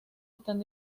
están